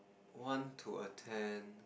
want to attend